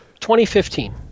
2015